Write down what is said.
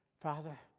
Father